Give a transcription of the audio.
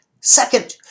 Second